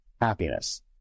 happiness